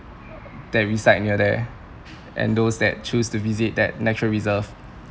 that reside near there and those that choose to visit that natural reserve